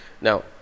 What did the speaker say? Now